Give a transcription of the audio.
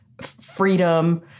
freedom